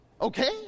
Okay